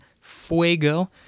fuego